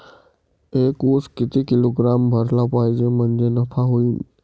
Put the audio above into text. एक उस किती किलोग्रॅम भरला पाहिजे म्हणजे नफा होईन?